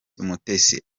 umutesi